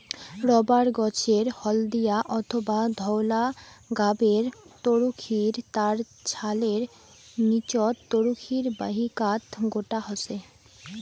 rubber গছের হলদিয়া অথবা ধওলা গাবের তরুক্ষীর তার ছালের নীচত তরুক্ষীর বাহিকাত গোটো হসে